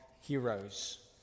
heroes